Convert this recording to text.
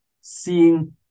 seeing